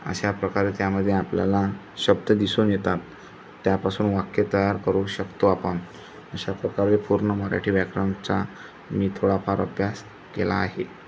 अशा प्रकारे त्यामध्ये आपल्याला शब्द दिसून येतात त्यापासून वाक्य तयार करू शकतो आपण अशाप्रकारे पूर्ण मराठी व्याकरणाचा मी थोडाफार अभ्यास केला आहे